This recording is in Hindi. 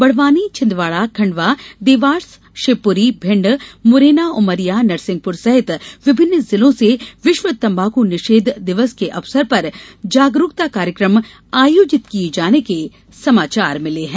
बड़वानी छिन्दवाड़ा खंडवा देवास शिवपुरी भिंड मुरैना उमरिया नरसिंहपुर सहित विभिन्न जिलों से विश्व तंबाके निषेध के अवसर पर जागरूकता कार्यक्रम आयोजित किये जाने के समाचार मिले हैं